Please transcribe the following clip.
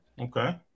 Okay